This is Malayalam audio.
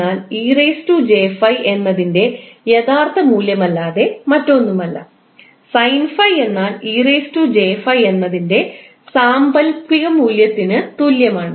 എന്നാൽ എന്നതിൻറെ യഥാർത്ഥ മൂല്യം അല്ലാതെ മറ്റൊന്നുമല്ല എന്നാൽ എന്നതിൻറെ സാങ്കൽപ്പിക മൂല്യത്തിന് തുല്യമാണ്